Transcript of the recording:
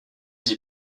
dit